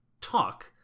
talk